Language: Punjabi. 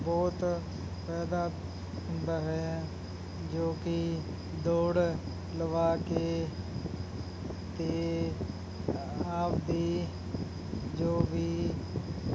ਬਹੁਤ ਫਾਇਦਾ ਹੁੰਦਾ ਹੈ ਜੋ ਕਿ ਦੌੜ ਲਵਾ ਕੇ ਅਤੇ ਆਪਦੀ ਜੋ ਵੀ